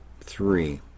three